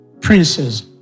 Princes